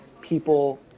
people